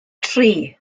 tri